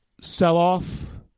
sell-off